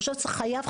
העניין הוא חשיפה,